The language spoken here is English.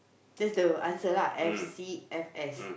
that's the answer lah F_C F_S